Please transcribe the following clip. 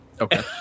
Okay